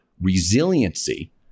resiliency